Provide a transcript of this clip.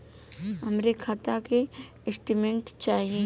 हमरे खाता के स्टेटमेंट चाही?